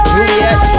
Juliet